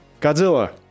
Godzilla